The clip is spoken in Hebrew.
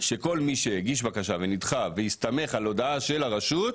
שכל מי שהגיש בקשה ונדחה והסתמך על הודעה של הרשות,